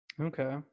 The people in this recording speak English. Okay